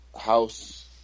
house